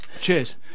Cheers